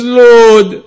lord